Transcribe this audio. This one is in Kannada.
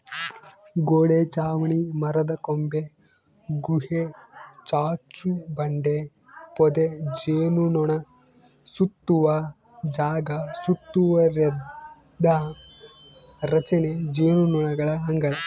ಗೋಡೆ ಚಾವಣಿ ಮರದಕೊಂಬೆ ಗುಹೆ ಚಾಚುಬಂಡೆ ಪೊದೆ ಜೇನುನೊಣಸುತ್ತುವ ಜಾಗ ಸುತ್ತುವರಿದ ರಚನೆ ಜೇನುನೊಣಗಳ ಅಂಗಳ